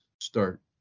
start